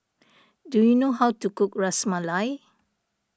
do you know how to cook Ras Malai